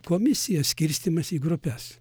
komisija skirstymas į grupes